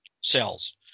cells